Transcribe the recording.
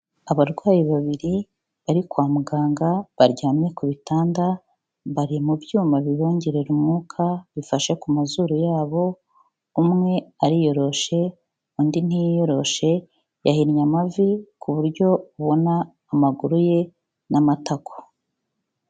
Abarwayi babiri, bari kwa muganga, baryamye ku bitanda, bari mu byuma bibongerera umwuka, bifashe ku mazuru yabo, umwe ariyoroshe, undi ntiyiyoroshe, yahinnye amavi ku buryo ubona amaguru ye n'amatako.